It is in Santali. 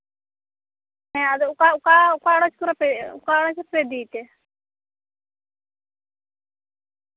ᱦᱮᱸ ᱟᱫᱚ ᱚᱠᱟ ᱚᱠᱟ ᱚᱠᱟ ᱟᱲᱚᱛ ᱠᱚᱨᱮ ᱯᱮ ᱤᱫᱤᱭ ᱛᱮ